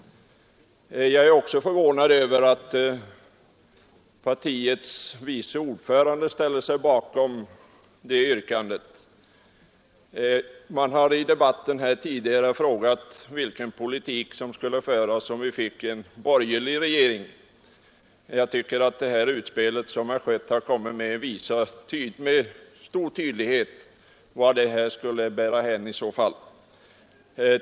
Jag är också förvånad över att partiets vice ordförande ställer sig bakom detta yrkande. Man har i debatten tidigare frågat vilken politik som skulle föras om vi fick en borgerlig regering. Jag tycker att herr Schötts utspel med stor tydlighet visar vart det i så fall skulle bära hän.